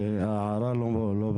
זאת אומרת הערה לא במקום,